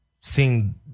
seeing